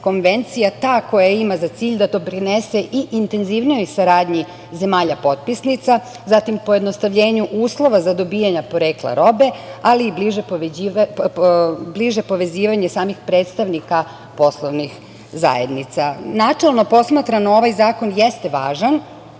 ta koja ima za cilj da doprinese i intenzivnijoj saradnji zemalja potpisnica, zatim, pojednostavljenju uslova za dobijanje porekla robe, ali i bliže povezivanje samih predstavnika poslovnih zajednica. Načelno posmatrano, ovaj zakon jeste važan